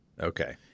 okay